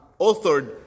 authored